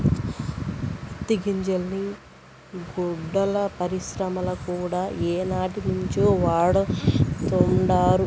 పత్తి గింజల్ని గుడ్డల పరిశ్రమల కూడా ఏనాటినుంచో వాడతండారు